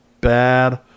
bad